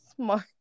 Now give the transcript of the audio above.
smart